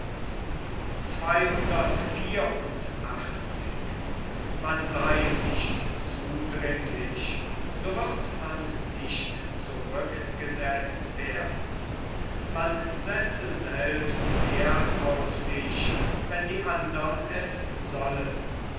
so wird man nicht zurückgesetzt werden man setze selbst werth auf sich wenn die andern es sollen